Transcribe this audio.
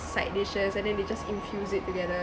side dishes and then they just infuse it together